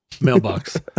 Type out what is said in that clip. mailbox